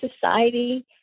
society